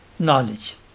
knowledge